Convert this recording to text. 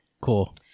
Cool